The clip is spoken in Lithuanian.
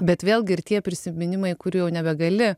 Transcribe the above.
bet vėlgi ir tie prisiminimai kurių jau nebegali